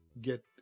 get